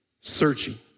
searching